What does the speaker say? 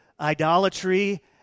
idolatry